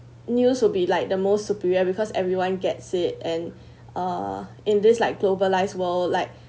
news will be like the most superior because everyone gets it and uh in this like globalized world like